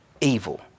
evil